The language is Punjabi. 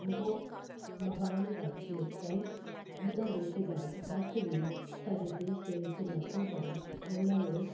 ਉਹ ਮਹਾਨ ਦਾਰਸ਼ਨਿਕ ਸਨ ਉਹਨਾਂ ਦੇ ਸਿਧਾਂਤ ਅੱਜ ਵੀ ਸਾਡੇ ਦੇਸ਼ ਦੇ ਵਿੱਚ ਲਾਗੂ ਹਨ ਉਹਨਾਂ ਨੂੰ